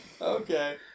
Okay